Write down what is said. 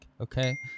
okay